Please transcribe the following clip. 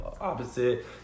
opposite